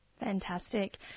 Fantastic